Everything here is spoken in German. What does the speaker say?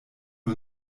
wir